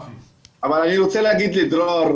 אבל אני רוצה להגיד לדרור